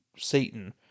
Satan